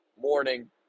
morning